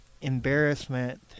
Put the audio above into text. embarrassment